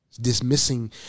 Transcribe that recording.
dismissing